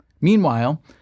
Meanwhile